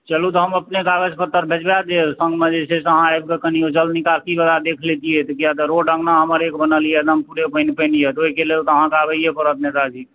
चलू तऽ हम अपने कागज पत्तर भेजबाए देब सङ्गमे जे छै से अहाँ आबि कऽ कनी ओ जल निकासी वाला देख लेतियै तऽ किआ तऽ रोड अङ्गना हमर एक बनल यऽ एगदम पूरे पानि पानि यऽ तऽ ओहिके लेल तऽ आहाँकऽ करैये पड़त नेताजी